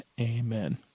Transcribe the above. amen